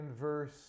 verse